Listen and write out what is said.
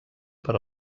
per